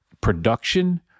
production